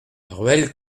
ruelle